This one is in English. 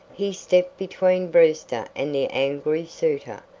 he stepped between brewster and the angry suitor,